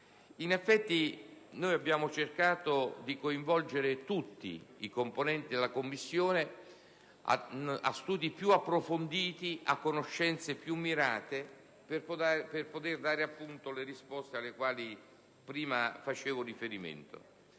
nostro lavoro abbiamo cercato di coinvolgere tutti i componenti della Commissione a studi più approfonditi e a conoscenze più mirate per poter dare le risposte a cui prima ho fatto cenno.